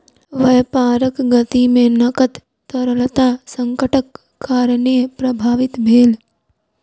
व्यापारक गति में नकद तरलता संकटक कारणेँ प्रभावित भेल